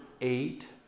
eight